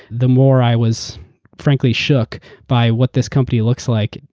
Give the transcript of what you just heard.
the more i was frankly shook by what this company looks like.